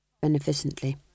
beneficently